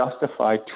justify